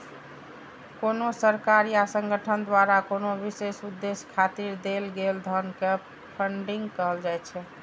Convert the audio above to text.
कोनो सरकार या संगठन द्वारा कोनो विशेष उद्देश्य खातिर देल गेल धन कें फंडिंग कहल जाइ छै